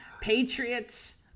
Patriots